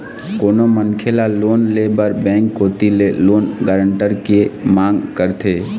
कोनो मनखे ल लोन ले बर बेंक कोती ले लोन गारंटर के मांग करथे